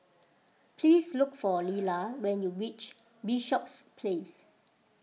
please look for Lilla when you reach Bishops Place